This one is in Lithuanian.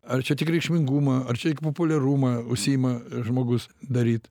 ar čia tik reikšmingumą ar čia tik populiarumą užsiima žmogus daryt